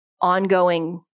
ongoing